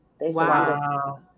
Wow